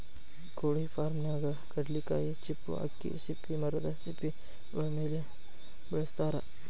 ಕೊಳಿ ಫಾರ್ಮನ್ಯಾಗ ಕಡ್ಲಿಕಾಯಿ ಚಿಪ್ಪು ಅಕ್ಕಿ ಸಿಪ್ಪಿ ಮರದ ಸಿಪ್ಪಿ ಇವುಗಳ ಮೇಲೆ ಬೆಳಸತಾರ